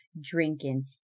drinking